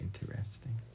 interesting